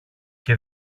και